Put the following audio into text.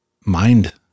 mind